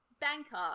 banker